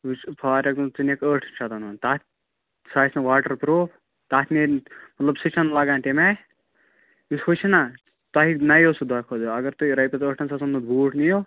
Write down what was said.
وُچھ for example ژٕ نِکھ ٲٹھن شٮ۪تن ہنٛد تتھ سُہ آسہِ نہٕ واٹر پرٛوٗف تتھ نیرِنہٕ مطلب سُہ چھُنہٕ لگان تَمہِ آے یُس ہُو چھُ نا تۄہہِ نَیوٕ سُہ دۄہ کھۄتہٕ دۄہ اگر تُہۍ رۄپیس ٲٹھن ساسن منٛز بوٗٹھ نِیو